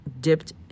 dipped